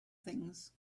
things